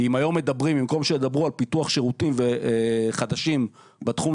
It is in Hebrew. כי במקום שידברו על פיתוח שירותים חדשים בתחום